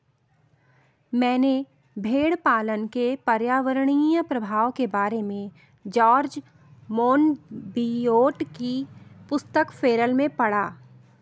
मैंने भेड़पालन के पर्यावरणीय प्रभाव के बारे में जॉर्ज मोनबियोट की पुस्तक फेरल में पढ़ा